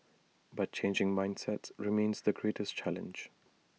but changing mindsets remains the greatest challenge